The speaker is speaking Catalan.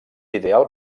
ideal